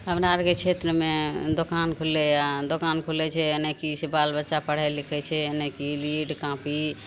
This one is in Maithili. हमरा आओरके क्षेत्रमे दोकान खुललैए दोकान खुलै छै ने कि से बालबच्चा पढ़ै लिखै छै ने कि लीड कॉपी